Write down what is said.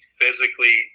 physically